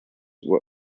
were